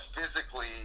physically